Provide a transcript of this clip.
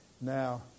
Now